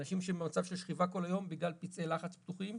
אנשים שבמצב שכיבה כל היום בגלל פצעי לחץ פתוחים,